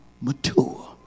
mature